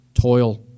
toil